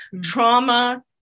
trauma